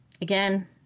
again